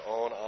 on